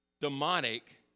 demonic